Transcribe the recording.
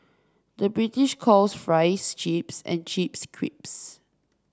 the British calls fries chips and chips crisps